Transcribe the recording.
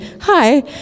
Hi